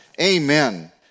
Amen